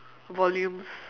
volumes